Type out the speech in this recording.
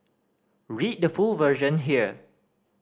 read the full version here